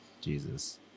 Jesus